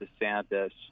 DeSantis